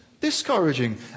discouraging